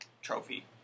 trophy